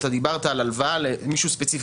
אתה דיברת על הלוואה למישהו ספציפי,